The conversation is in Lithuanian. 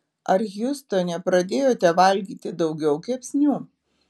ar hjustone pradėjote valgyti daugiau kepsnių